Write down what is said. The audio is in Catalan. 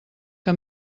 que